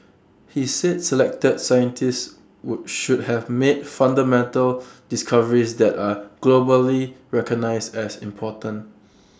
he said selected scientists would should have made fundamental discoveries that are globally recognised as important